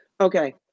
Okay